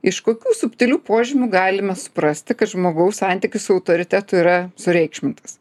iš kokių subtilių požymių galime suprasti kad žmogaus santykis su autoritetu yra sureikšmintas